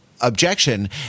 objection